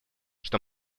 что